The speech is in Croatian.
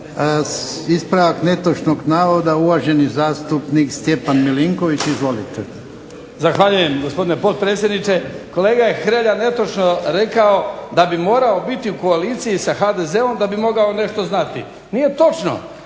Ispravak netočnog navoda uvaženi zastupnik Stjepan MIlinković, izvolite. **Milinković, Stjepan (HDZ)** Gospodine potpredsjedniče, kolega Hrelja je netočno rekao da bi morao biti u koaliciji s HDZ-om da bi mogao nešto znati. Nije točno.